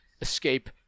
escape